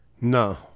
No